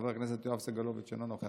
חבר הכנסת יואב סגלוביץ' אינו נוכח,